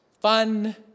fun